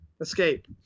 Escape